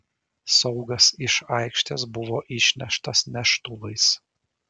saugas iš aikštės buvo išneštas neštuvais